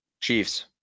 Chiefs